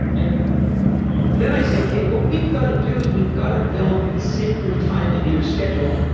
and then i say, okay, what we've got to do is we've got to build sacred time into your schedule.